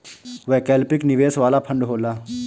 वैकल्पिक निवेश वाला फंड होला